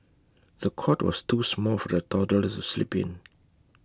the cot was too small for the toddler to sleep in